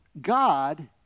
God